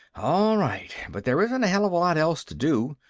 all right, but there isn't a hell of a lot else to do.